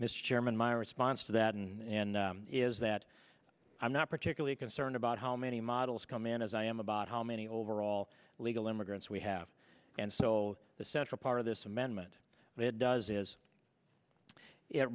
mr chairman my response to that and is that i'm not particularly concerned about how many models come in as i am about how many overall legal immigrants we have and so the central part of this amendment it does is it